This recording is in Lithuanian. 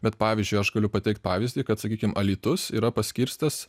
bet pavyzdžiui aš galiu pateikt pavyzdį kad sakykim alytus yra pasiskirstęs